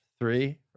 three